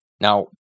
Now